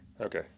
Okay